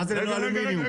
מה זה ללא אלומיניום?